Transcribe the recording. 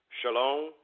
Shalom